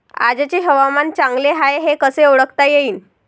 आजचे हवामान चांगले हाये हे कसे ओळखता येईन?